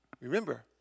Remember